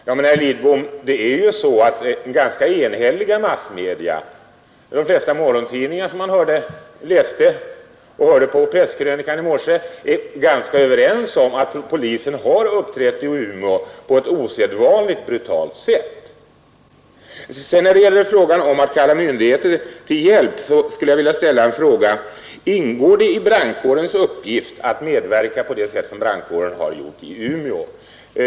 Men, herr Lidbom, det är ju så att massmedia — de flesta morgontidningarna och radions tidningskrönika i morse — är ganska överens om att polisen har uppträtt på ett osedvanligt brutalt sätt i Umeå. När det gäller att tillkalla hjälp från myndigheter skulle jag vilja ställa frågan: Ingår det i brandkårens uppgift att medverka på det sätt som brandkåren har gjort i Umeå?